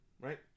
right